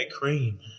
Cream